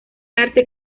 arte